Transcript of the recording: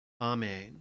Amen